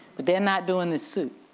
but they're not doing this suit.